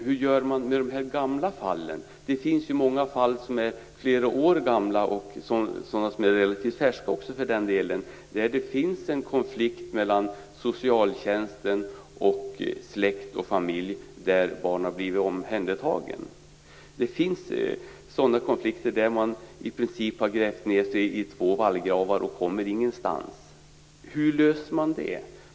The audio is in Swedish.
Hur gör man med de gamla fallen - det finns ju många fall som är flera år gamla och också sådana som är relativt färska, för den delen - där det finns en konflikt mellan socialtjänsten och släkt eller familj i samband med att barn har blivit omhändertagna? Det har förekommit konflikter där man i princip har grävt ned sig i två vallgravar och inte kommer någonstans. Hur löser man detta?